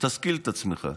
תשכיל את עצמך,